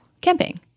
camping